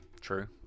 true